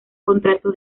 contrato